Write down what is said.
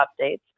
updates